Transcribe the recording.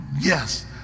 yes